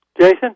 Jason